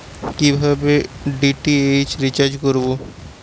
কিভাবে DTH recharge করব?